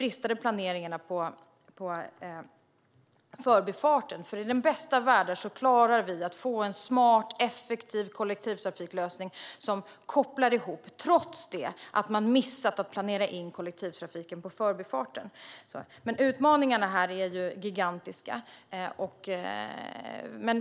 I den bästa av världar klarar vi att få en smart, effektiv kollektivtrafiklösning som kopplar ihop trots att man missat att planera in kollektivtrafiken på Förbifarten. Men utmaningarna här är gigantiska.